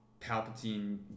Palpatine